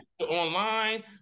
online